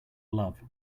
love